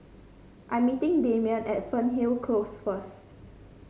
I'm meeting Damion at Fernhill Close first